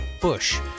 Bush